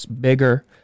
bigger